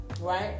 Right